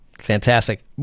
Fantastic